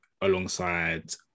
alongside